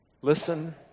Listen